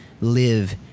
live